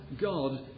God